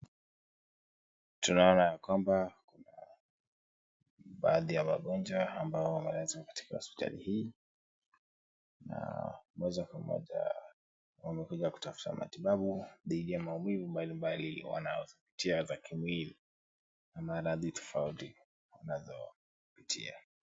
Tunaona ya kwamba, kuna baadhi ya wagonjwa ambao wamelazwa katika hospitali hii, na moja kwa moja, wamekuja kutafuta matibabu dhidi ya maumivu mbalimbali wanzopitia za kimwili, na maradhi tofauti wanazopitia.